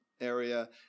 area